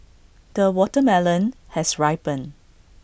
the watermelon has ripened